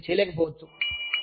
కొంతమంది దీన్ని చేయలేకపోవచ్చు